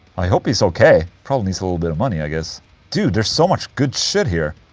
i hope he's okay probably needs a little bit of money i guess dude, there's so much good shit here.